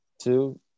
Two